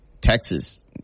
Texas